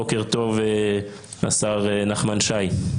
בוקר טוב השר נחמן שי.